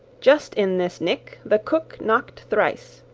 just in this nick the cook knock'd thrice,